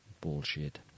bullshit